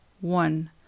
one